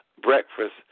breakfast